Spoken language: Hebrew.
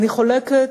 אני חולקת,